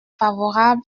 favorable